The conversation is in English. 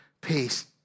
peace